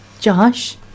Josh